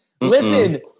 Listen